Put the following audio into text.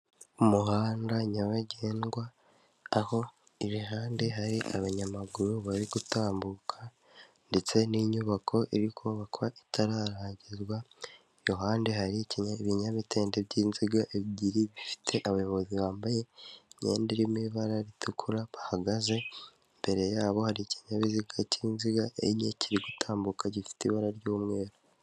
Umuhanda nyabagendwa, aho iruhande hari abanyamaguru bari gutambuka ndetse n'inyubako iri kubakwa itararangizwa, iruhande hari ibinyabitende by'inziga ebyiri bifite abayobozi bambaye imyenda irimo ibara ritukura bahagaze, imbere yabo hari ikinyabiziga k'inziga enye kiri gutambuka gifite ibara ry'umweru.